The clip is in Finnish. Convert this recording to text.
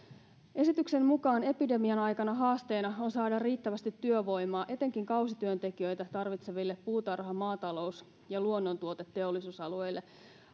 esityksen mukaan epidemian aikana haasteena on saada riittävästi työvoimaa etenkin kausityöntekijöitä tarvitseville puutarha maatalous ja luonnontuoteteollisuusaloille